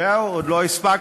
ההיצע.